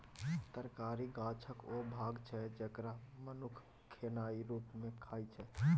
तरकारी गाछक ओ भाग छै जकरा मनुख खेनाइ रुप मे खाइ छै